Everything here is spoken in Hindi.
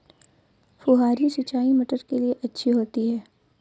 फुहारी सिंचाई मटर के लिए अच्छी होती है?